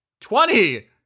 Twenty